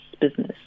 business